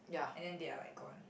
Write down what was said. and then they are like gone